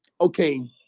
okay